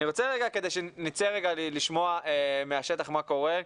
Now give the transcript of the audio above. אני רוצה רגע לשמוע מהשטח מה קורה.